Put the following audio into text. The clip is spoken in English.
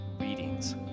readings